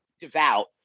devout